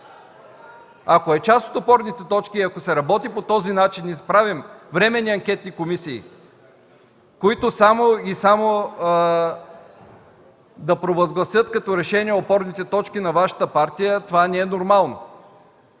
Ако е част от опорните точки и ако се работи по този начин и правим временни анкетни комисии, които само и само да провъзгласят като решения опорните точки на Вашата партия – това не е нормално.